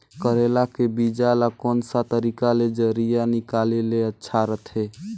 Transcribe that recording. करेला के बीजा ला कोन सा तरीका ले जरिया निकाले ले अच्छा रथे?